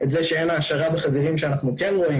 איך הם יוכלו להסתיר שאין העשרה בחזירים שאנחנו כן רואים?